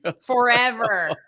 Forever